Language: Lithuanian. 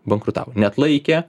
bankrutavo neatlaikė